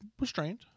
restrained